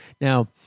Now